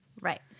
Right